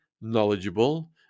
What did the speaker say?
knowledgeable